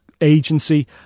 agency